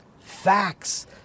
facts